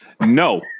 no